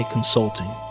Consulting